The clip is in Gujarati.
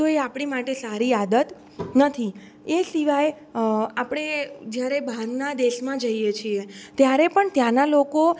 તો એ આપણી માટે સારી આદત નથી એ સિવાય આપણે જ્યારે બહારના દેશમાં જઈએ છીએ ત્યારે પણ ત્યાંનાં લોકો